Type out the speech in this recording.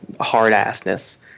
hard-assness